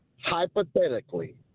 Hypothetically